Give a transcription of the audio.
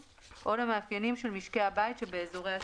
או למאפיינים של משקי הבית שבאזורי התמרוץ."